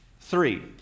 three